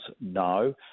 No